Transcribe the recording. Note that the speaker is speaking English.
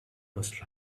must